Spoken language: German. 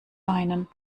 einen